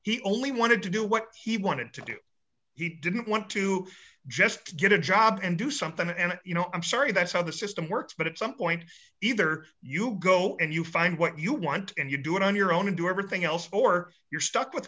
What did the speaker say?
he only wanted to do what he wanted to do he didn't want to just get a job and do something and you know i'm sorry that's how the system works but at some point either you go and you find what you want and you do it on your own and do everything else or you're stuck with